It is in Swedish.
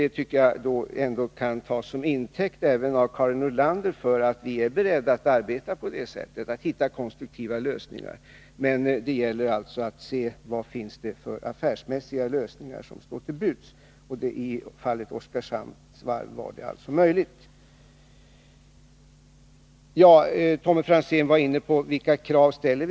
Det tycker jag kan tas som intäkt för, även av Karin Nordlander, att vi är beredda att arbeta på ett sådant sätt att vi hittar konstruktiva lösningar. Men det gäller att se vilka affärsmässiga lösningar som står till buds. I fallet Oskarshamnsvarvet var det alltså möjligt. Tommy Franzén undrade vilka krav vi ställer.